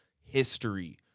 history